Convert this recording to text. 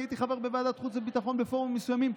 כי הייתי חבר בוועדת החוץ והביטחון בפורומים מסוימים,